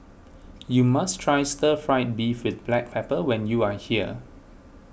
you must try Stir Fried Beef with Black Pepper when you are here